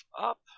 up